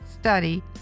study